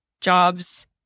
jobs